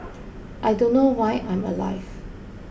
I don't know why I'm alive